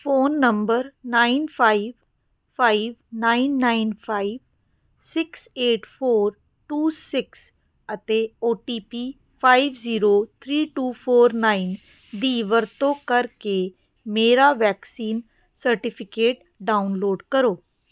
phone number nine five five nine nine five six eight four two six ਅਤੇ O T P five zero three two four nine ਦੀ ਵਰਤੋਂ ਕਰਕੇ ਮੇਰਾ vaccine certificate download ਕਰੋ